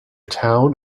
town